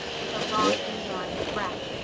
with a long indrawing of breath.